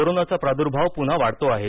कोरोनाचा प्रादुर्भाव पुन्हा वाढतो आहे